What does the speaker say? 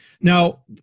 Now